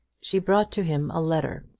she brought to him a letter,